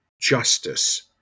justice